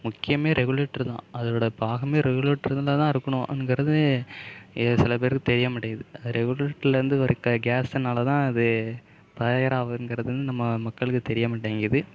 முக்கியமா ரெகுலேட்ரு தான் அதோட பாகமே ரெகுலேட்டர் இருந்தால் தான் இருக்கணுங்கிறது சில பேருக்கு தெரிய மாட்டேங்குது ரெகுலேட்டருல இருந்து வர கேஸுனால தான் அது ஃபையர் ஆகுதுங்குறது நம்ம மக்களுக்கு தெரியமாட்டேங்குது